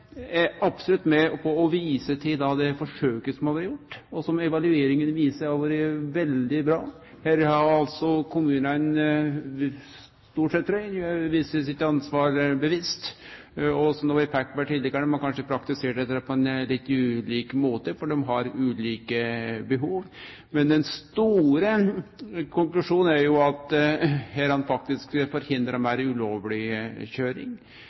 er absolutt med på å vise til det forsøket som har vore gjort, og som evalueringa viser har vore veldig bra. Her har altså kommunane – stort sett, trur eg – vore seg sitt ansvar bevisst. Som det har vore peikt på tidlegare, har ein kanskje praktisert det på ein litt ulik måte, for dei har ulike behov. Men den store konklusjonen er at dette faktisk har forhindra meir ulovleg køyring.